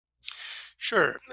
sure